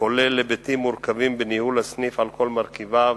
הכולל היבטים מורכבים בניהול הסניף על כל מרכיביו,